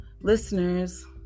Listeners